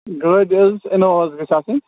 گٲڑۍ حظ اِنووا حظ گٔژھ آسٕنۍ